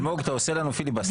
אלמוג, אתה עושה לנו פיליבסטר.